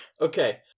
Okay